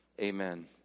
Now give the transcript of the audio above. Amen